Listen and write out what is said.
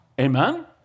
Amen